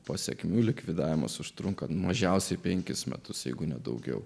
pasekmių likvidavimas užtrunka mažiausiai penkis metus jeigu ne daugiau